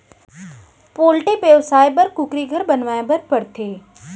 poultry बेवसाय बर कुकुरी घर बनवाए बर परथे